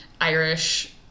Irish